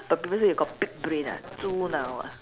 but people say you got pig brain ah 猪脑 ah